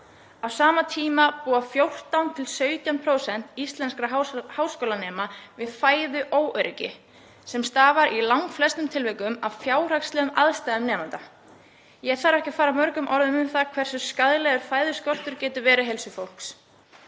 Á sama tíma búa 14–17% íslenskra háskólanema við fæðuóöryggi sem stafar í langflestum tilvikum af fjárhagslegum aðstæðum nemenda. Ég þarf ekki að fara mörgum orðum um það hversu skaðlegur fæðuskortur getur verið heilsu fólks.